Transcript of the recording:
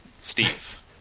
Steve